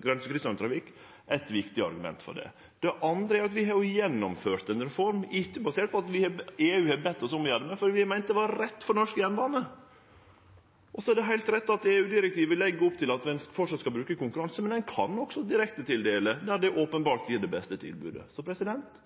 grensekryssande trafikk eit viktig argument for det. Det andre er at vi har gjennomført ei reform, ikkje basert på at EU har bedt oss om å gjere det, men fordi vi meinte det var rett for norsk jernbane. Og så er det heilt rett at EU-direktivet legg opp til at ein framleis skal bruke konkurranse, men ein kan også tildele direkte der det openbert gjev det beste tilbodet. Så